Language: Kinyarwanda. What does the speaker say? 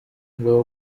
ubu